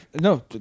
No